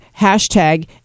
hashtag